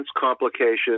complications